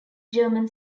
german